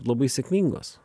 labai sėkmingos